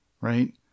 right